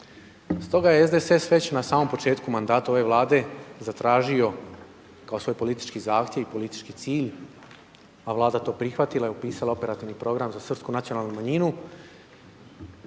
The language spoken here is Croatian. Stoga je SDSS već na samom početku mandata ove vlade zatražio, kao svoj politički zahtjev i politički cilj, a vlada to prihvatila i upisala u operativni program za srpsku nacionalnu manjinu,